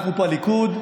אנחנו בליכוד,